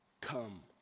Come